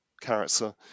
character